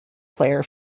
player